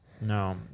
No